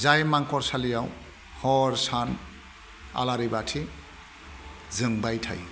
जाय मांखरसालियाव हर सान आलारिबाथि जोंबाय थायो